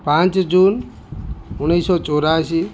ପାଞ୍ଚ ଜୁନ ଉଣେଇଶିଶହ ଚଉରାଅଶୀ